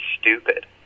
stupid